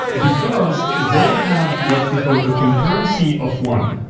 because they have what we call a concurrency of one.